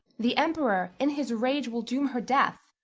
the emperor in his rage will doom her death.